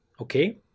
Okay